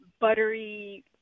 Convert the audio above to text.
buttery